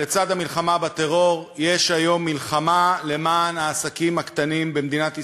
לצד המלחמה בטרור יש היום מלחמה למען העסקים הקטנים במדינת ישראל,